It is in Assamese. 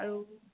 আৰু